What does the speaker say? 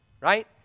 Right